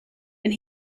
and